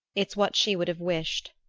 it's what she would have wished.